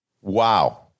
Wow